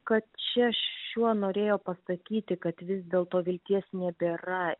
kad čia šiuo norėjo pasakyti kad vis dėlto vilties nebėra